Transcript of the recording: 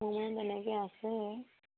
মোৰ মানে বেলেগে আছে